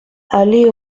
allée